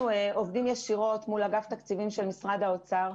אנחנו עובדים ישירות מול אגף התקציבים במשרד האוצר.